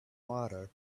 water